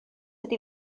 ydy